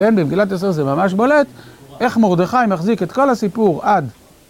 במגילת אסתר זה ממש בולט, איך מרדכי מחזיק את כל הסיפור עד.